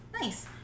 Nice